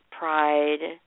pride